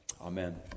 Amen